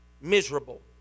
miserable